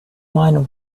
mind